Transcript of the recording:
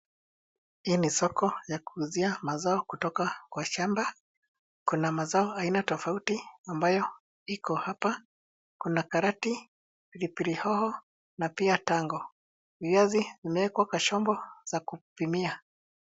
Hii ni soko ya kuuzia mazao kutoka kwa shamba. Kuna mazao aina tofauti ambayo iko hapa. Kuna karoti , pilipili hoho na pia tango. Viazi vimewekwa kwa chombo za kupimia.